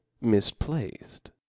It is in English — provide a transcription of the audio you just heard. misplaced